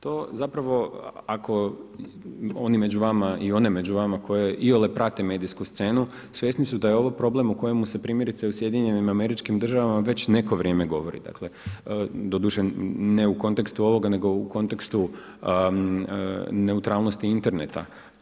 To zapravo ako oni među vama i one među vama koje iole prate medijsku scenu svjesni su da je ovo problem u kojem se primjerice u SAD-u već neko vrijeme govori, doduše ne u kontekstu ovoga nego u kontekstu neutralnosti interneta.